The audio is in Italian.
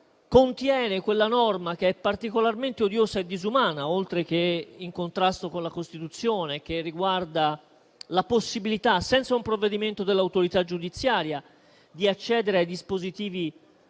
Contiene quella norma particolarmente odiosa e disumana, oltre che in contrasto con la Costituzione, che riguarda la possibilità, senza un provvedimento dell'autorità giudiziaria, di accedere ai dispositivi